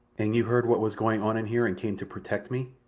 and you heard what was going on in here and came to protect me?